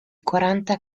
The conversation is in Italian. quaranta